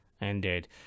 indeed